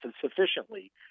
sufficiently